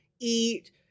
eat